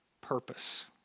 purpose